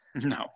no